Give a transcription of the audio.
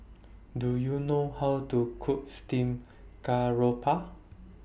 Do YOU know How to Cook Steamed Garoupa